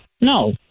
No